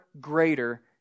greater